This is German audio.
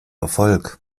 erfolg